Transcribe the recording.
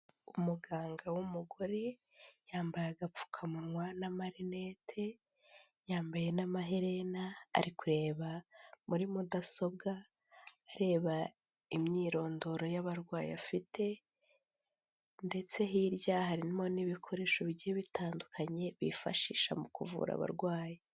Umuganga w'umugore yambaye agapfukamunwa na marnete, yambaye n'amaherena ari kureba muri mudasobwa areba imyirondoro y'abarwayi afite ndetse hirya harimo n'ibikoresho bigiye bitandukanye bifashisha mu kuvura abarwayi.